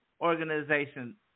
organization